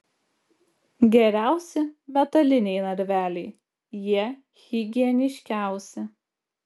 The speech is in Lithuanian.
geriausi metaliniai narveliai jie higieniškiausi